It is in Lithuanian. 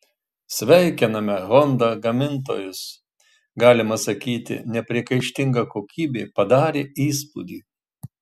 sveikiname honda gamintojus galima sakyti nepriekaištinga kokybė padarė įspūdį